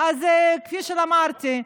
כפי שאמרתי,